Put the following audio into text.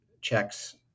checks